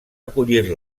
acollir